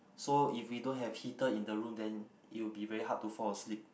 so if we don't have heater in the room then it will be very hard to fall asleep